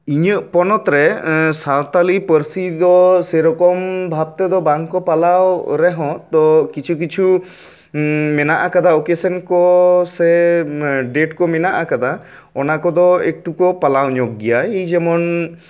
ᱤᱧᱟᱹᱜ ᱯᱚᱱᱚᱛ ᱨᱮ ᱥᱟᱶᱛᱟᱞᱤ ᱯᱟᱹᱨᱥᱤ ᱫᱚ ᱥᱮᱨᱚᱠᱚᱢ ᱵᱷᱟᱵᱽᱛᱮ ᱫᱚ ᱵᱟᱝᱠᱚ ᱯᱟᱞᱟᱣ ᱨᱮᱦᱚᱸ ᱛᱚ ᱠᱤᱪᱷᱩ ᱠᱤᱪᱷᱩ ᱢᱮᱱᱟᱜ ᱟᱠᱟᱫᱟ ᱳᱠᱮᱥᱚᱱ ᱠᱚ ᱥᱮ ᱰᱮᱹᱴ ᱠᱚ ᱢᱮᱱᱟᱜ ᱟᱠᱟᱫᱟ ᱚᱱᱟ ᱠᱚᱫᱚ ᱮᱠᱴᱩ ᱠᱚ ᱯᱟᱞᱟᱣ ᱧᱚᱜ ᱜᱮᱭᱟ ᱡᱮᱢᱚᱱ